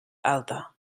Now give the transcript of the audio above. alta